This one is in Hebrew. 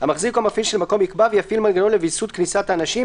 "המחזיק או המפעיל של המקום יקבע ויפעיל מנגנון לוויסות כניסת האנשים,